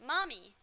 Mommy